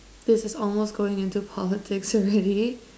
this is almost going into politics already